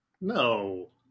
No